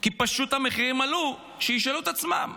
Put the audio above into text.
כי פשוט המחירים עלו, שישאלו את עצמם